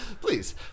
Please